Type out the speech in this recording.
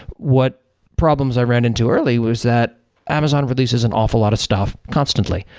what problems i ran into early was that amazon releases an awful lot of stuff constantly.